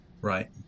Right